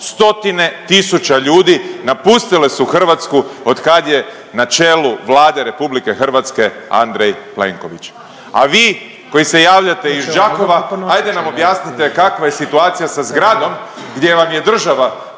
Stotine tisuća ljudi napustile su Hrvatsku od kad je na čelu Vlade RH Andrej Plenković. A vi koji se javljate iz Đakova ajde nam objasnite kakva je situacija sa zgradom gdje vam je država